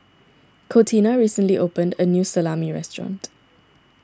Contina recently opened a new Salami restaurant